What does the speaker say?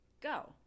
Go